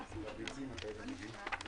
הישיבה ננעלה בשעה 13:05.